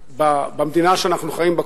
במדינה שאנחנו חיים בה,